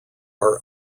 are